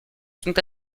sont